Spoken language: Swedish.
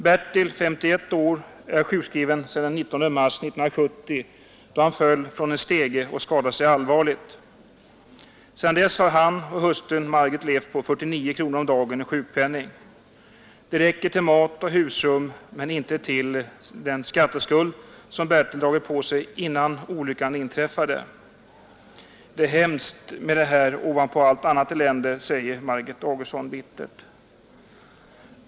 Bertil, 51 år, är sjukskriven sedan den 19 mars 1970 då han föll ner från en stege och skadade sig allvarligt. Sedan dess har han och hustrun Margit levt på 49 kronor om dagen i sjukpenning. Det räcker till mat och husrum men inte till den skatteskuld som Bertil hade dragit på sig innan olyckan inträffade. — Det är hemskt med det här ovanpå allt annat elände, säger Margit Augustsson bittert.